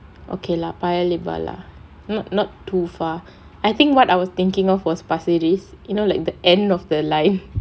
okay lah paya lebar lah not not too far I think what what I was thinking of for pasir ris you know like the end of the life